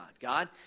God